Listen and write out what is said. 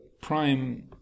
prime